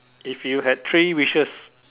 if you had three wishes